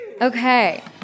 Okay